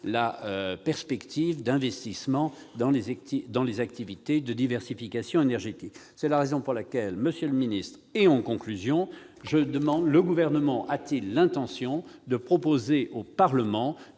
la perspective d'investissements dans les activités de diversification énergétique. C'est la raison pour laquelle, monsieur le ministre d'État, en conclusion, je vous demande si le Gouvernement a l'intention de proposer au Parlement